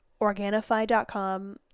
Organifi.com